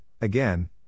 again